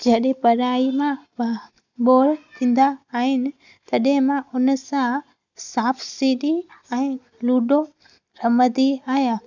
जॾहिं पढ़ाई मां ब बोर थींदा आहिनि तॾहिं मां उनसां सांप सीढ़ी ऐं लूडो रमंदी आहियां